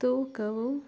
ತೂಕವು